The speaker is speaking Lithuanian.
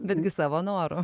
betgi savo noru